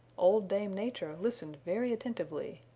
old dame nature listened very attentively.